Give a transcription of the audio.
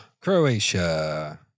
Croatia